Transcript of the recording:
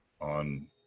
on